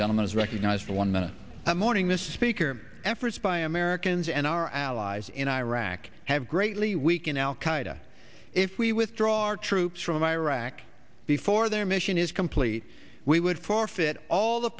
gentleman is recognized for one minute that morning the speaker efforts by americans and our allies in iraq have greatly weakened al qaeda if we withdraw our troops from iraq before their mission is complete we would forfeit all the